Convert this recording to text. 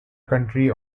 county